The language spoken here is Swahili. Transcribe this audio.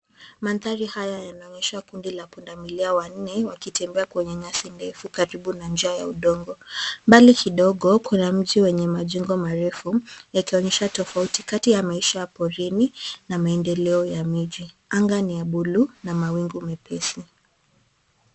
Mandhari haya yanaonyesha kundi la pundamilia wanne wakitembea kwenye nyasi ndefu karibu na njia ya udongo. Mbali kidogo kuna mji wenye majengo marefu yakionyesha tofauti kati ya maisha ya porini na maendeleo ya miji. Anga ni ya buluu na mawingu mepesi.